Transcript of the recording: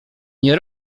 nie